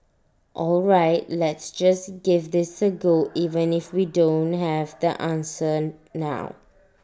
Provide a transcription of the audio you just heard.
all right let's just give this A go even if we don't have the answer now